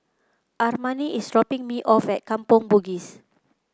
Armani is dropping me off at Kampong Bugis